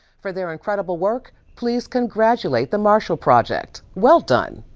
for their incredible work, please congratulate the marshall project. well done!